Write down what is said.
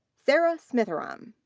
sarah smitheram.